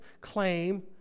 claim